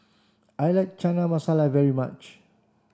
I like Chana Masala very much